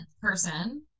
person